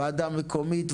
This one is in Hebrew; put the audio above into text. ועדה מקומית,